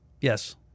Yes